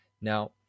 Now